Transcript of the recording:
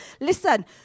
Listen